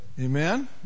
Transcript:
Amen